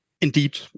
indeed